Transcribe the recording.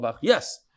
yes